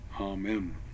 Amen